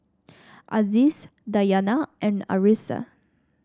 Aziz Dayana and Arissa